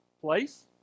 place